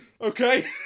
Okay